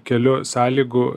keliu sąlygų